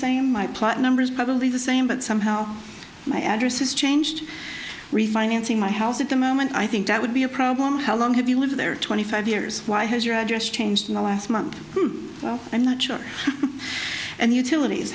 same my plot numbers probably the same but somehow my addresses changed refinancing my house at the moment i think that would be a problem how long have you lived there twenty five years why has your address changed in the last month i'm not sure and utilities